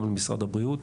גם למשרד הבריאות.